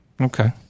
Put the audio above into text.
Okay